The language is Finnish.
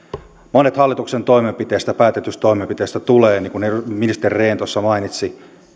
monet hallituksen päätetyistä toimenpiteistä tulevat niin kuin ministeri rehn tuossa mainitsi